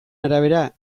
arabera